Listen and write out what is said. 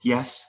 Yes